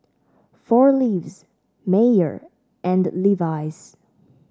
Four Leaves Mayer and Levi's